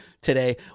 today